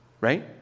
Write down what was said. Right